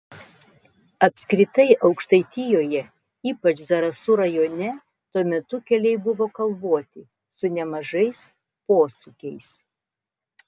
apskritai aukštaitijoje ypač zarasų rajone tuo metu keliai buvo kalvoti su nemažais posūkiais